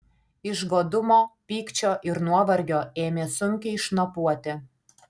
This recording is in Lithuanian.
iš godumo pykčio ir nuovargio ėmė sunkiai šnopuoti